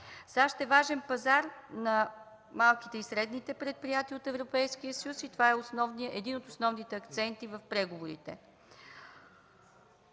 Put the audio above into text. САЩ е важен пазар за малките и средни предприятия от Европейския съюз и това е един от основните акценти в преговорите.